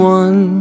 one